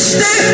Stay